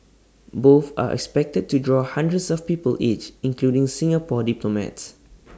both are expected to draw hundreds of people each including Singapore diplomats